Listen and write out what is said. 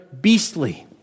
beastly